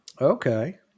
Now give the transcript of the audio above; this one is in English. Okay